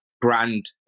brand